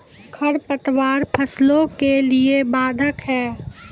खडपतवार फसलों के लिए बाधक हैं?